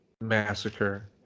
massacre